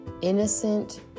innocent